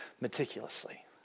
meticulously